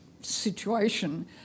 situation